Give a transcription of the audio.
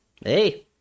hey